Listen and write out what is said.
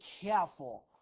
careful